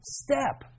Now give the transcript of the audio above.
step